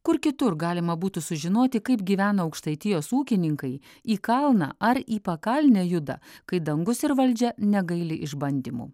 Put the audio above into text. kur kitur galima būtų sužinoti kaip gyvena aukštaitijos ūkininkai į kalną ar į pakalnę juda kai dangus ir valdžia negaili išbandymų